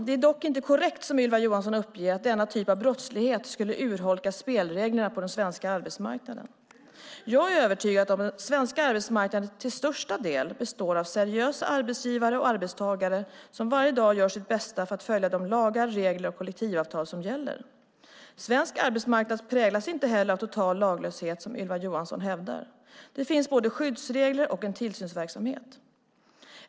Det är dock inte korrekt som Ylva Johansson uppger att denna typ av brottslighet skulle urholka spelreglerna på den svenska arbetsmarknaden. Jag är övertygad om att den svenska arbetsmarknaden till största del består av seriösa arbetsgivare och arbetstagare som varje dag gör sitt bästa för att följa de lagar, regler och kollektivavtal som gäller. Svensk arbetsmarknad präglas inte heller av total laglöshet som Ylva Johansson hävdar. Det finns både skyddsregler och en tillsynsverksamhet.